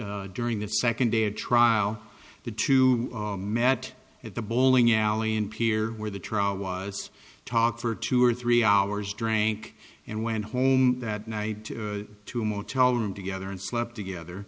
but during the second day of trial the two met at the bowling alley in peer where the trial was talked for two or three hours drank and went home that night to a motel room together and slept together